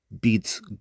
beats